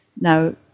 Now